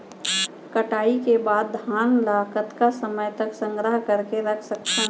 कटाई के बाद धान ला कतका समय तक संग्रह करके रख सकथन?